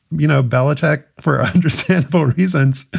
you know, belichick for understandable reasons,